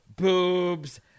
boobs